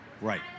Right